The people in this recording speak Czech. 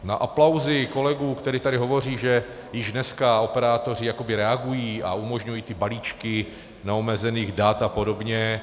Na aplausy kolegů, kteří tady hovoří, že již dneska operátoři jakoby reagují a umožňují ty balíčky neomezených dat a podobně.